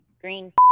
green